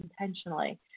intentionally